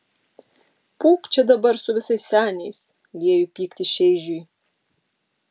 pūk čia dabar su visais seniais lieju pyktį šeižiui